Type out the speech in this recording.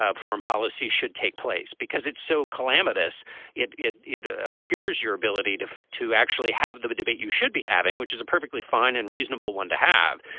ah foreign policy should take place because it's so calamitous it it ah obscures your ability to to actually have the debate you should be having which is a perfectly fine and reasonable one to have.